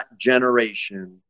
generation